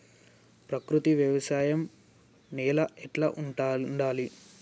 ప్రకృతి వ్యవసాయం నేల ఎట్లా ఉండాలి?